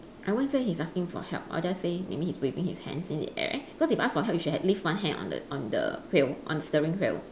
I won't say he's asking for help I'll just say maybe he's waving his hands in the air because if ask for help you should have leave one hand on the on the wheel on the steering wheel